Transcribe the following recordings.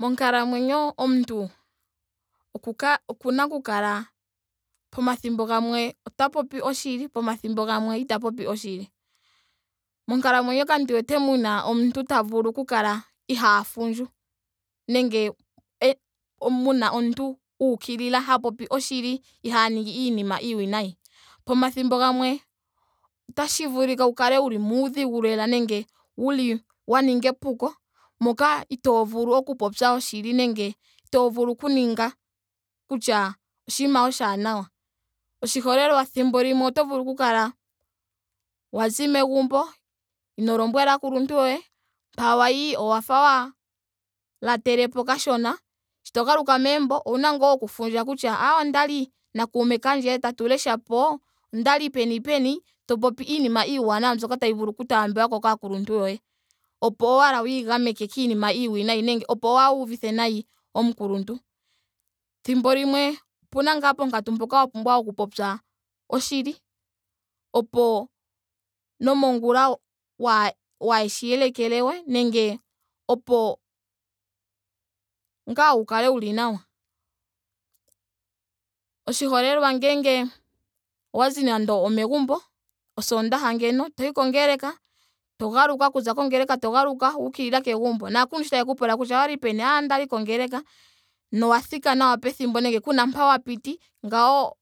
Monkalamwenyo omuntu oku ka- okuna oku kala pamathimbo gamwe ota popi oshili. pomathimbo gamwe ita popi oshili. Monkalamwenyo kandi wete muna omuntu ta vulu oku kala ihaa fundju. Nenge e- muna omuntu uukilila ha popi oshili ihaa ningi iinima iiwinayi. Pamathimbo gamwe otashi vulika wu kale wuli muudhigu lela nenge wuli wa niga epuko moka itoo vulu oku popya oshili nenge itoo vulu oku ninga kutya oshinima oshaanawa. Oshiholelwa thimbo limwe oto vulu oku kala wa zi megumbo. ino lombwela aakuluntu yoye. mpa wayi owa fa wa latele po kashona. sho ta galuka megumbo owuna ngaa okufundja kutya aaye ondali na kuume kandje tatu lesha po. ondali peni peni. to popi iinima iiwanawa mbyoka tayi vulu oku taambiwa ko kaakuluntu yoye. Opo owala wiigameke kiinima iiwinayi nenge opo waa uvithe nayi omukuluntu. Thimbo limwe opena ngaa pompito mpoka wa pumbwa oku popya oshili. opo nomongula waa- waashi yelekele we nenge opo ngaa wu kale wuli nawa. Oshiholelwa ngele owa zi nando omegumbo osondaaha ngeno. toyi kongeleka. to galuka. to zi kongeleka to galuka wuukilila kegumbo. Naakuluntu sho tayeku pula kutya owali peni. ayee ondali kongeleka. nowa thika nawa pethimbo nenge kuna mpa wa piti. ngawo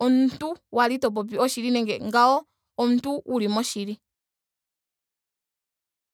omuntu wali to popi oshili nenge ngawo omuntu wuli moshili.